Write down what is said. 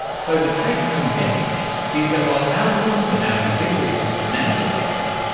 so the take-home message is that while algorithms are now ubiquitous in the financial sector,